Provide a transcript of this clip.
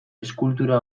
eskultura